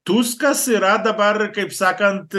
tuskas yra dabar kaip sakant